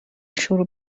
شروع